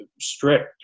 strict